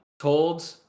told